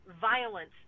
violence